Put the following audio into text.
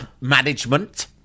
management